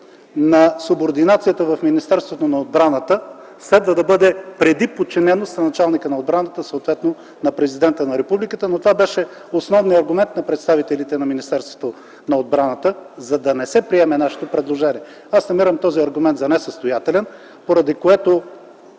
на субординацията в Министерството на отбраната следва да бъде преди подчиненост на началника на отбраната, съответно на Президента на Републиката, но това беше основният аргумент на представителите на Министерството на отбраната, за да не се приеме нашето предложение. Аз намирам този аргумент за несъстоятелен, поради което